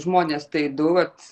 žmonės tai du vat